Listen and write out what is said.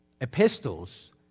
epistles